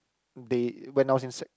they when I was in sec